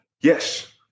yes